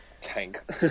tank